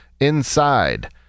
inside